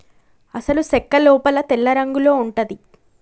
అసలు సెక్క లోపల తెల్లరంగులో ఉంటది